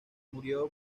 murió